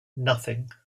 nothing